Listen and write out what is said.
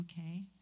okay